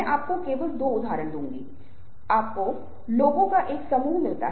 इन्हें सफेद झूठ के रूप में जाना जाता है